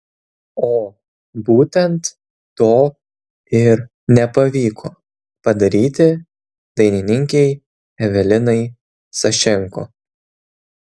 o būtent to ir nepavyko padaryti dainininkei evelinai sašenko